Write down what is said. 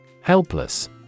Helpless